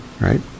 right